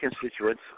constituents